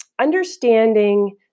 understanding